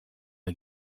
his